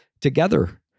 together